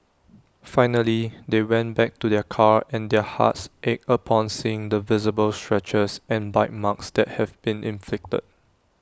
finally they went back to their car and their hearts ached upon seeing the visible scratches and bite marks that had been inflicted